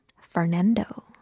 Fernando